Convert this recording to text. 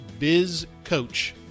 bizcoach